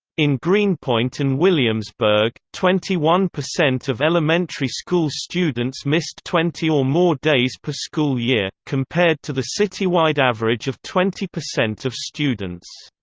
in greenpoint and williamsburg, twenty one percent of elementary school students missed twenty or more days per school year, compared to the citywide average of twenty percent of students.